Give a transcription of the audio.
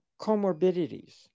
comorbidities